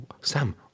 Sam